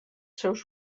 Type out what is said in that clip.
seus